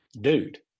dude